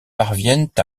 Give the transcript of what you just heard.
parviennent